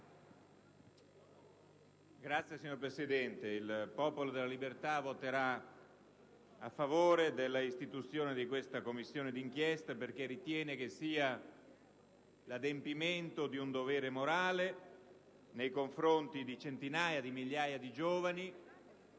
*(PdL)*. Signor Presidente, il Popolo della Libertà voterà a favore dell'istituzione della Commissione di inchiesta perché ritiene che sia l'adempimento di un dovere morale nei confronti delle migliaia di giovani